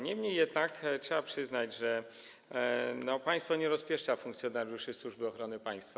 Niemniej jednak trzeba przyznać, że państwo nie rozpieszcza funkcjonariuszy Służby Ochrony Państwa.